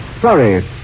Sorry